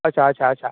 અચ્છા અચ્છા અચ્છા